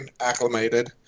acclimated